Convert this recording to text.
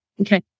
Okay